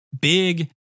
big